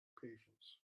patience